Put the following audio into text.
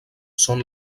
són